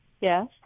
Yes